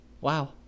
Wow